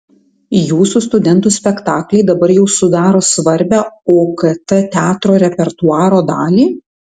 jūsų studentų spektakliai dabar jau sudaro svarbią okt teatro repertuaro dalį